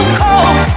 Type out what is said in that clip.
cold